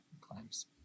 claims